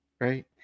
right